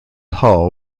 hull